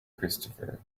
christopher